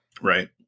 Right